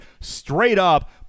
straight-up